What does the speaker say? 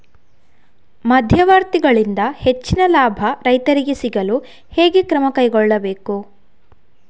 ಮಧ್ಯವರ್ತಿಗಳಿಂದ ಹೆಚ್ಚಿನ ಲಾಭ ರೈತರಿಗೆ ಸಿಗಲು ಹೇಗೆ ಕ್ರಮ ಕೈಗೊಳ್ಳಬೇಕು?